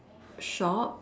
shop